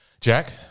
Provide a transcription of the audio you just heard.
Jack